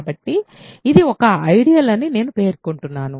కాబట్టి ఇది ఒక ఐడియల్ అని నేను పేర్కొంటున్నాను